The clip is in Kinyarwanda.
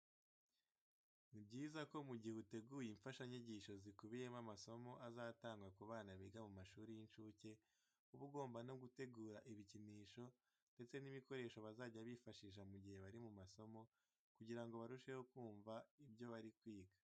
Ni byiza ko mu gihe uteguye imfashanyigisho zikubiyemo amasomo azatangwa ku bana biga mu mashuri y'incuke, uba ugomba no gutegura ibikinisho ndetse n'ibikoresho bazajya bifashisha mu gihe bari mu masomo kugira barusheho kumva ibyo bari kwiga.